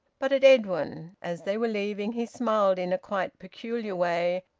but at edwin, as they were leaving, he smiled in a quite peculiar way,